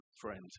friend